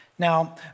Now